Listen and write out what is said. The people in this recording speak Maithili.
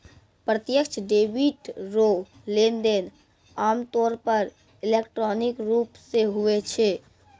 प्रत्यक्ष डेबिट रो लेनदेन आमतौर पर इलेक्ट्रॉनिक रूप से हुवै छै